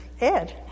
Ed